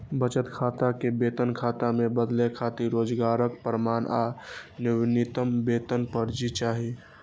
बचत खाता कें वेतन खाता मे बदलै खातिर रोजगारक प्रमाण आ नवीनतम वेतन पर्ची चाही